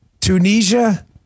Tunisia